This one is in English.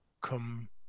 come